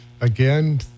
again